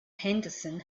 henderson